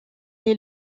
est